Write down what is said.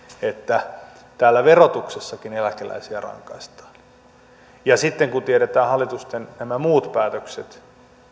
että täällä verotuksessakin eläkeläisiä rankaistaan sitten kun tiedetään hallituksen nämä muut päätökset